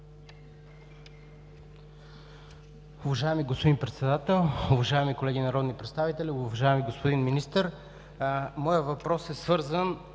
Уважаеми господин Председател, уважаеми колеги народни представители, уважаеми господин Министър! В тази